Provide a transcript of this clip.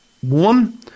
One